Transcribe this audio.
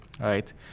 Right